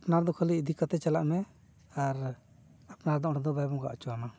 ᱟᱯᱱᱟᱨ ᱫᱚ ᱠᱷᱟᱹᱞᱤ ᱤᱫᱤ ᱠᱟᱛᱮ ᱪᱟᱞᱟᱜ ᱢᱮ ᱟᱨ ᱟᱯᱱᱟᱨ ᱫᱚ ᱚᱸᱰᱮ ᱫᱚ ᱵᱟᱭ ᱵᱚᱸᱜᱟ ᱦᱚᱪᱚ ᱟᱢᱟ